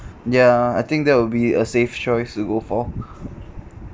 ya I think that will be a safe choice to go for